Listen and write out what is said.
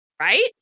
Right